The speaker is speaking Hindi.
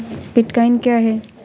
बिटकॉइन क्या है?